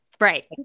Right